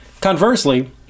Conversely